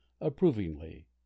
approvingly